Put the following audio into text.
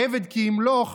"עבד כי ימלך",